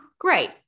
great